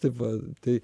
tai va tai